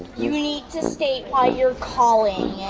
you need to state why you're calling.